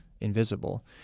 invisible